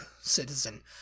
citizen